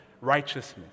righteousness